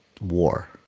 war